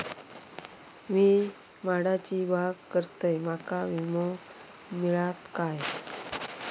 मी माडाची बाग करतंय माका विमो मिळात काय?